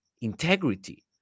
integrity